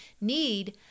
need